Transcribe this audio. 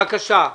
תמיר, בבקשה.